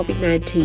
COVID-19